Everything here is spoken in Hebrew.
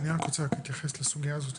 אני רוצה להתייחס לסוגייה הזו.